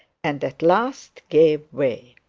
and at last gave way.